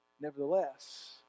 Nevertheless